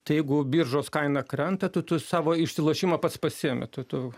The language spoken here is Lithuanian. tai jeigu biržos kaina krenta tu tu savo išsilošimą pats pasiimi tai tu